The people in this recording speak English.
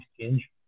change